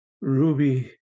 Ruby